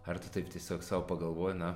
ar tu taip tiesiog sau pagalvoji na